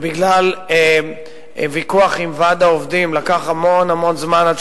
ובגלל ויכוח עם ועד העובדים עבר המון המון זמן עד